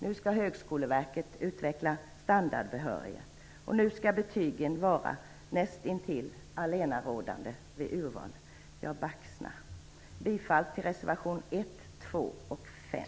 Nu skall Högskoleverket utveckla standardbehörigheter. Nu skall betygen vara näst intill allenarådande vid urval. Jag baxnar! Jag yrkar bifall till reservationerna 1, 2 och 5.